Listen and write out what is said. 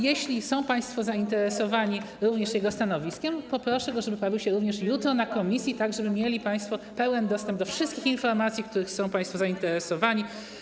Jeśli są państwo zainteresowani również jego stanowiskiem, poproszę go, żeby pojawił się jutro w komisji, żeby mieli państwo pełen dostęp do wszystkich informacji, którymi są państwo zainteresowani.